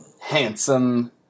handsome